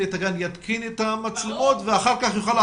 את הגן יתקין את המצלמות ואחר כך התשלום.